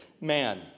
man